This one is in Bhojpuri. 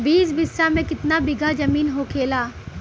बीस बिस्सा में कितना बिघा जमीन होखेला?